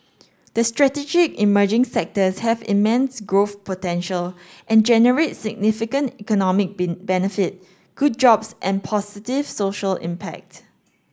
the strategic emerging sectors have immense growth potential and generate significant economic be benefit good jobs and positive social impact